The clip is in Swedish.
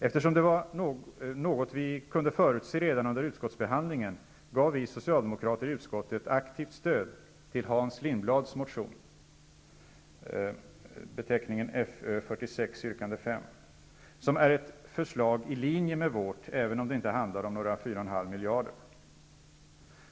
Eftersom det var något vi kunde förutse redan under utskottsbehandlingen gav vi socialdemokrater i utskottet aktivt stöd till Hans Lindblads motion, Fö46 yrkande 5, som är ett förslag i linje med vårt, även om det inte handlar om några 4,5 miljarder.